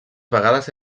vegades